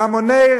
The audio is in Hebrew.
והמוני,